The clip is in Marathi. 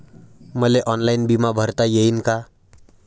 मले ऑनलाईन बिमा भरता येईन का?